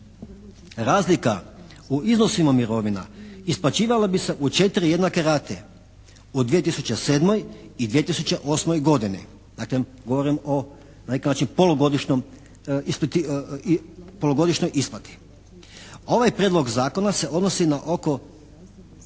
Razlika u iznosima mirovina isplaćivala bi se u četiri jednake rate u 2007. i 2008. godini, dakle govorim o na neki način polugodišnjoj isplati. Ovaj prijedlog zakona se odnosi na oko,